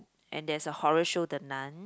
and there's a horror show the Nun